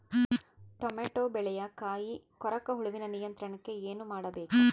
Tomato ಬೆಳೆಯ ಕಾಯಿ ಕೊರಕ ಹುಳುವಿನ ನಿಯಂತ್ರಣಕ್ಕೆ ಏನು ಮಾಡಬೇಕು?